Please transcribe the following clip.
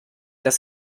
dass